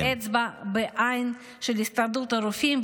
היא אצבע בעין של הסתדרות הרופאים,